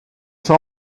sont